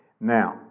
Now